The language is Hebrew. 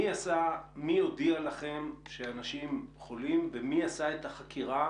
מי הודיע לכם שאנשים חולים ומי עשה את החקירה